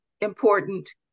important